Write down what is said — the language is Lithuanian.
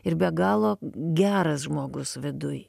ir be galo geras žmogus viduj